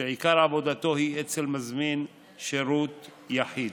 שעיקר עבודתו היא אצל מזמין שירות יחיד.